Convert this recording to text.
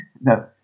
no